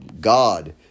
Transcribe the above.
God